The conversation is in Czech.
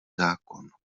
zákon